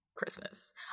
Christmas